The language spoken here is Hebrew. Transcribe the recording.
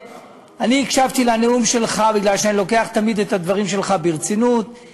ואני הייתי שמח לראות העמקה של הקשר הכלכלי הזה.